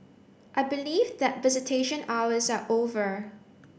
I believe that visitation hours are over